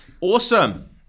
Awesome